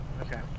Okay